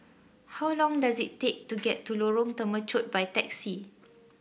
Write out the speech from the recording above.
how long does it take to get to Lorong Temechut by taxi